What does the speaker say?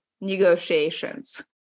negotiations